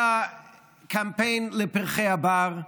היה קמפיין לפרחי הבר,